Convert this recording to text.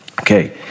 Okay